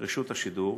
רשות השידור,